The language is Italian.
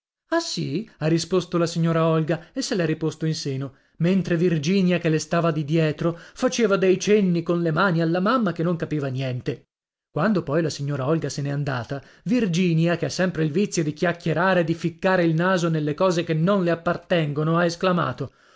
ah sì ha risposto la signora olga e se l'è riposto in seno mentre virginia che le stava di dietro faceva dei cenni con le mani alla mamma che non capiva niente quando poi la signora olga se n'è andata virginia che ha sempre il vizio di chiacchierare e di ficcare il naso nelle cose che non le appartengono ha esclamato